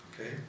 okay